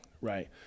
right